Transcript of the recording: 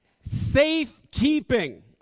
safekeeping